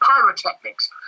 pyrotechnics